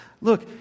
Look